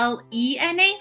L-E-N-A